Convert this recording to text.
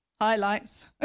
highlights